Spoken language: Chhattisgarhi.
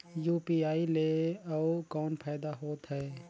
यू.पी.आई ले अउ कौन फायदा होथ है?